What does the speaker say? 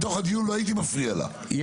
בתוך הדיון לא הייתי מפריע לה,